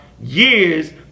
years